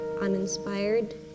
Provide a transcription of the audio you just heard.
uninspired